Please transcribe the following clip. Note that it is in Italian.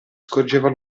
scorgeva